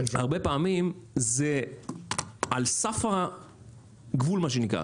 הרבה פעמים זה על סף הגבול, מה שנקרא.